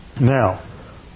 Now